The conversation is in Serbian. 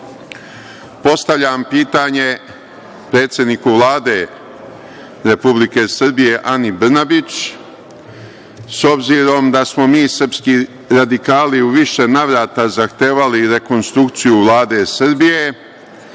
postavljam pitanje predsedniku Vlade Republike Srbije Ani Brnabić, s obzirom da smo mi srpski radikali u više navrata zahtevali rekonstrukciju Vlade Srbije,